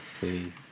see